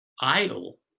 idle